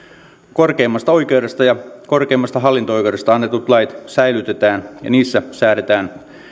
korkeimmasta oikeudesta ja korkeimmasta hallinto oikeudesta annetut lait säilytetään ja niissä säädetään